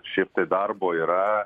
šiaip tai darbo yra